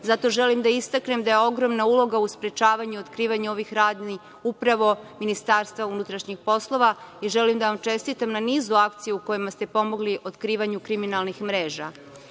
želim da istaknem da je ogromna uloga u sprečavanju i otkrivanju ovih radnji upravo MUP i želim da vam čestitam na nizu akcija u kojima ste pomogli otkrivanju kriminalnih mreža.